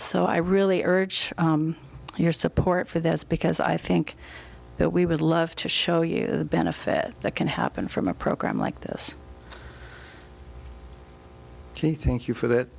so i really urge your support for those because i think that we would love to show you the benefit that can happen from a program like this he thank you for that